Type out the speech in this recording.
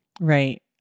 Right